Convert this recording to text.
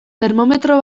termometro